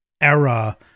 era